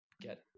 get